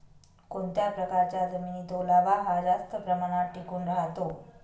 कोणत्या प्रकारच्या जमिनीत ओलावा हा जास्त प्रमाणात टिकून राहतो?